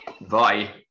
Bye